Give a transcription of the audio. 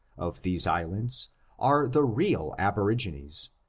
of these islands are the real aborigines,